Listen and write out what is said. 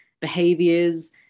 behaviors